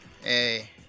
Hey